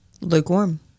lukewarm